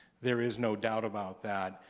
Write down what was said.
there is no doubt about that.